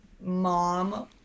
mom